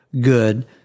good